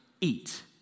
eat